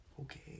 okay